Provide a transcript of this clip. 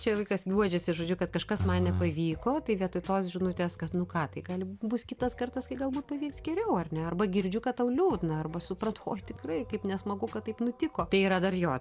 čia vaikas guodžiasi žodžiu kad kažkas man nepavyko tai vietoj tos žinutės kad nu ką tai gali bus kitas kartas kai galbūt pavyks geriau ar ne arba girdžiu kad tau liūdna arba supratau oi tikrai kaip nesmagu kad taip nutiko tai yra dar jo